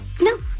no